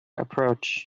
approach